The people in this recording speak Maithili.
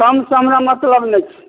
कम सँ हमरा मतलब नहि छै